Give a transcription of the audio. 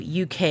UK